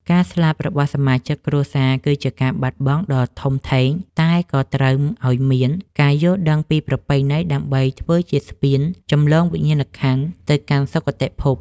ការស្លាប់របស់សមាជិកគ្រួសារ គឺជាការបាត់បង់ដ៏ធំធេង តែក៏តម្រូវឱ្យមានការយល់ដឹងពីប្រពៃណីដើម្បីធ្វើជាស្ពានចម្លងវិញ្ញាណក្ខន្ធទៅកាន់សុគតិភព។